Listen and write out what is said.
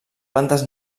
plantes